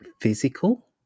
physical